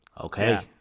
Okay